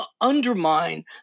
undermine